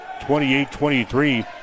28-23